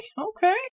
okay